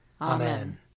Amen